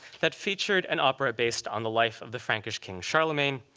that featured an opera based on the life of the frankish king charlemagne,